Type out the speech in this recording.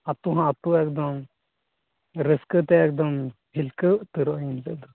ᱟᱛᱳ ᱦᱚᱸ ᱟᱛᱳ ᱮᱠᱫᱚᱢ ᱨᱟᱱ ᱥᱠᱟ ᱛᱮ ᱮᱠᱫᱚᱢ ᱦᱤᱞᱠᱟ ᱣ ᱩᱛᱟ ᱨᱚᱜᱼᱟ ᱱᱤᱛᱚᱜ ᱫᱚ